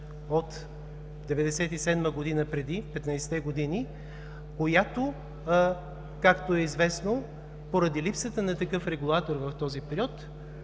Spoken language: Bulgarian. от 1997 г., преди 15-те години, която, както е известно, поради липсата на такъв регулатор в този период